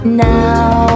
now